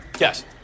Yes